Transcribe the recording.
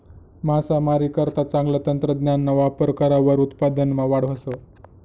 मासामारीकरता चांगलं तंत्रज्ञानना वापर करावर उत्पादनमा वाढ व्हस